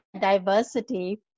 diversity